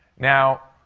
now,